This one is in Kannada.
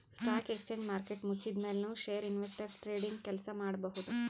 ಸ್ಟಾಕ್ ಎಕ್ಸ್ಚೇಂಜ್ ಮಾರ್ಕೆಟ್ ಮುಚ್ಚಿದ್ಮ್ಯಾಲ್ ನು ಷೆರ್ ಇನ್ವೆಸ್ಟರ್ಸ್ ಟ್ರೇಡಿಂಗ್ ಕೆಲ್ಸ ಮಾಡಬಹುದ್